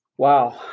Wow